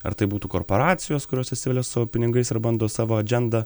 ar tai būtų korporacijos kurios įsivelia su savo pinigais ar bando savo adžendą